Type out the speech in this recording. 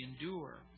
endure